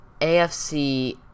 AFC